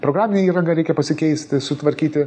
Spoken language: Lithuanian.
programinė įranga reikia pasikeisti sutvarkyti